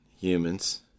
humans